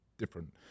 different